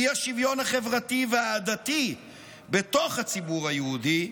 האי-שוויון החברתי והעדתי בתוך הציבור היהודי,